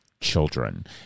children